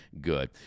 good